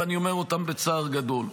ואני אומר אותם בצער גדול,